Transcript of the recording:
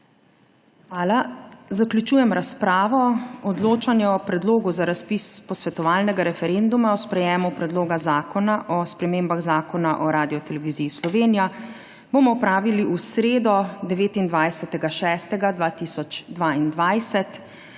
Hvala. Zaključujem razpravo. Odločanje o Predlogu za razpis posvetovalnega referenduma o sprejemu Predloga zakona o spremembah Zakona o Radioteleviziji Slovenija bomo opravili v sredo, 29. 6. 2022,